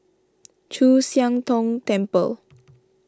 Chu Siang Tong Temple